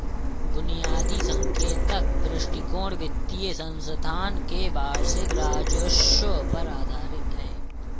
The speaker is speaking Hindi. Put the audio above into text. बुनियादी संकेतक दृष्टिकोण वित्तीय संस्थान के वार्षिक राजस्व पर आधारित है